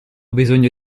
bisogno